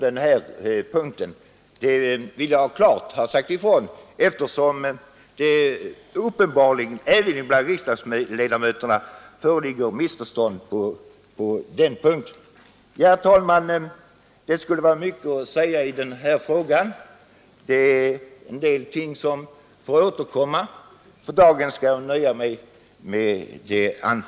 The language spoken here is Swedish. Det vill jag klart ha sagt ifrån, eftersom det uppenbarligen även bland riksdagsledamöterna föreligger missförstånd på denna punkt. Herr talman! Det skulle vara mycket att säga i denna fråga, men vi får återkomma till en del spörsmål. För dagen skall jag nöja mig med det anförda.